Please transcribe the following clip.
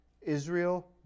Israel